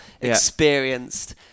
experienced